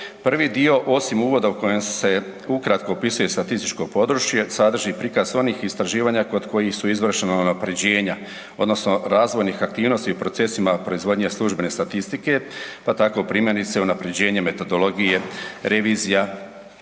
Prvi dio osim uvoda u kojem se ukratko opisuje statističko područje sadrži prikaz onih istraživanja kod kojih su izvršena unapređenja odnosno razvojnih aktivnosti u procesima proizvodnje službene statistike pa tako primjerice unapređenje metodologije revizija,